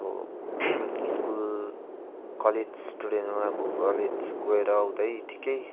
अब school college student हो अब कलेज गएर आउँदै ठिकै